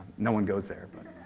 no one goes there. but